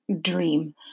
dream